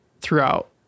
throughout